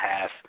half